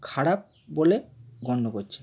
খারাপ বলে গণ্য করছি